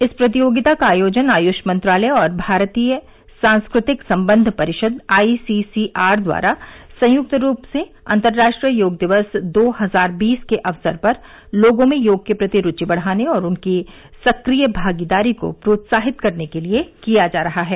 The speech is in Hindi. इस प्रतियोगिता का आयोजन आय्ष मंत्रालय और भारतीय सांस्कृतिक संबंध परिषद आईसीसीआर द्वारा संयुक्त रूप से अंतर्राष्ट्रीय योग दिवस दो हजार बीस के अवसर पर लोगों में योग के प्रति रूचि बढ़ाने और उनकी सक्रिय भागीदारी को प्रोत्साहित करने के लिए किया जा रहा है